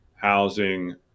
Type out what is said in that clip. housing